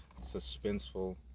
Suspenseful